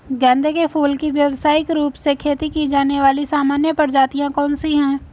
गेंदे के फूल की व्यवसायिक रूप से खेती की जाने वाली सामान्य प्रजातियां कौन सी है?